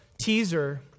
teaser